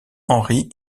henri